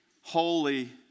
Holy